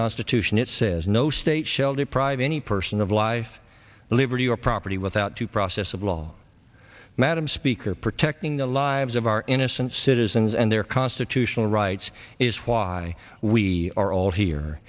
constitution it says no state shall deprive any person of life liberty or property without due process of law madam speaker protecting the lives of our innocent citizens and their constitutional rights is why we are all here